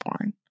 born